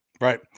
Right